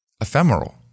ephemeral